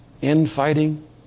infighting